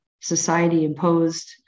society-imposed